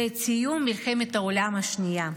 וסיום מלחמת העולם השנייה.